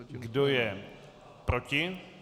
Kdo je proti?